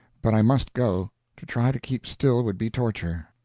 but i must go to try to keep still would be torture.